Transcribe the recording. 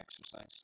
exercise